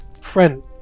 friend